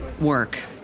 work